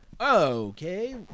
Okay